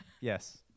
Yes